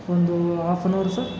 ಒಂದೂ off on ಅವರು sir